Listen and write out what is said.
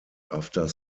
after